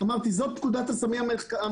פנטסטי למחקר.